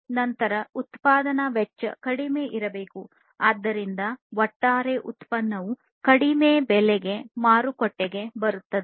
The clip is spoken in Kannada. ನಂತರ ಉತ್ಪಾದನಾ ವೆಚ್ಚ ಕಡಿಮೆ ಇರಬೇಕು ಆದ್ದರಿಂದ ಒಟ್ಟಾರೆ ಉತ್ಪನ್ನವು ಕಡಿಮೆ ಬೆಲೆಗೆ ಮಾರುಕಟ್ಟೆಗೆ ಬರುತ್ತದೆ